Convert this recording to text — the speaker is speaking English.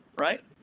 right